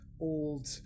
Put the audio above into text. old